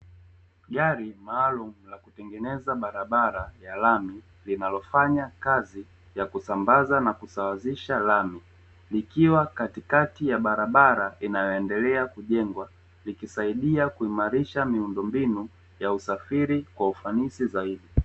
Gari maalumu la kutengeneza barabara ya lami linalofanya kazi ya kusambaza na kusawazisha lami likiwa katika ya barabara inayoendelea kujengwa, likisaidia kuimarisha miundombinu ya usafiri kwa ufanisi zaidi.